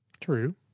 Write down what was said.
True